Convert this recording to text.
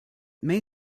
may